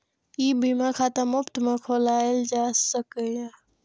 ई बीमा खाता मुफ्त मे खोलाएल जा सकैए